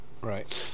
Right